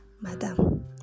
Madam